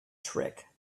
trick